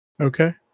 Okay